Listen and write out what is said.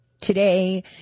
Today